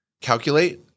Calculate